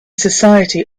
society